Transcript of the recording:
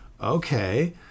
okay